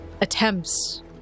attempts